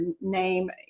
name